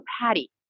patty